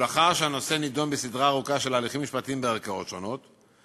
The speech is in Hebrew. ולאחר שהנושא נדון בסדרה ארוכה של הליכים משפטיים בערכאות השונות,